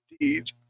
Indeed